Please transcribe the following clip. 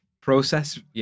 process